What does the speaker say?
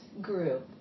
group